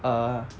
err